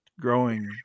growing